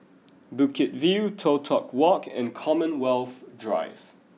Bukit View Toh Tuck Walk and Commonwealth Drive